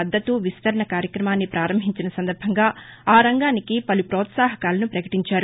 మద్దతు విస్తరణ కార్యక్రమాన్ని పారంభించిన సందర్బంగా ఆ రంగానికి పలు పోత్సాహకాలను పకటించారు